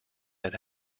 had